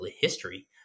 history